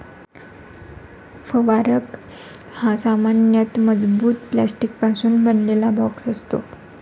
फवारक हा सामान्यतः मजबूत प्लास्टिकपासून बनवलेला बॉक्स असतो